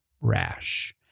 rash